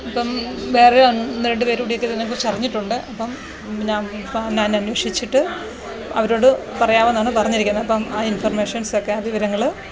ഇപ്പം വേറെയൊന്ന് രണ്ട് പേരുകൂടി ഇത് ഇതിനെക്കുറിച്ചറിഞ്ഞിട്ടുണ്ട് അപ്പം പിന്നെ അപ്പം എന്നാ എന്ന് അന്വേഷിച്ചിട്ട് അവരോട് പറയാമെന്നാണ് പറഞ്ഞിരിക്കുന്നത് അപ്പം ആ ഇന്ഫോര്മേഷന്സൊക്കെ അത് ആ വിവരങ്ങൾ